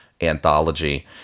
anthology